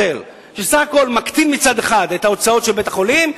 שסך הכול מקטין מצד אחד את ההוצאות של בית-החולים,